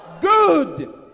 Good